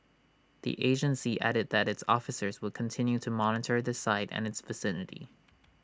the agency added that its officers will continue to monitor the site and its vicinity